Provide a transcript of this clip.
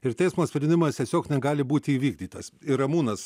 ir teismo sprendimas tiesiog negali būti įvykdytas ir ramūnas